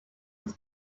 his